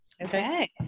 Okay